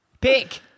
Pick